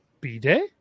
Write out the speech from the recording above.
B-Day